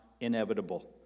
inevitable